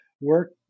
work